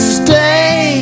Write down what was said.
stay